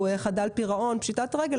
הוא חדל פירעון או בפשיטת רגל,